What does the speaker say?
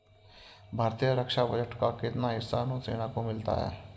भारतीय रक्षा बजट का कितना हिस्सा नौसेना को मिलता है?